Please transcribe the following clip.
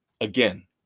Again